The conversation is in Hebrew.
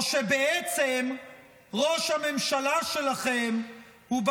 או שבעצם ראש הממשלה שלכם הוא,